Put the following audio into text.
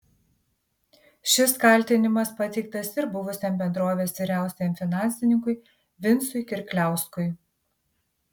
šis kaltinimas pateiktas ir buvusiam bendrovės vyriausiajam finansininkui vincui kirkliauskui